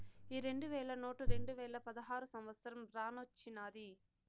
ఈ రెండు వేల నోటు రెండువేల పదహారో సంవత్సరానొచ్చినాది